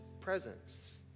presence